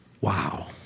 Wow